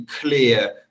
clear